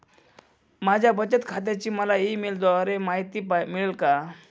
माझ्या बचत खात्याची मला ई मेलद्वारे माहिती मिळेल का?